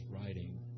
writing